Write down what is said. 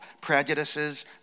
prejudices